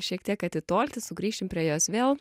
šiek tiek atitolti sugrįšim prie jos vėl